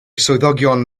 swyddogion